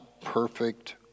perfect